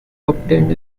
obtained